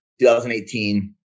2018